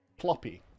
Ploppy